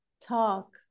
talk